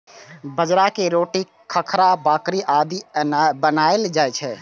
बाजरा के रोटी, खाखरा, भाकरी आदि बनाएल जाइ छै